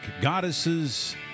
goddesses